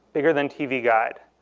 bigger than tv guide.